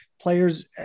players